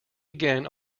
again